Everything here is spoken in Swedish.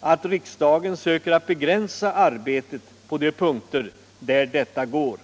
arbetsbelastning som i dag åvilar administrationen kan vara tillrådligt att riksdagen söker begränsa arbetet på de punkter där detta går.